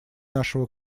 нашего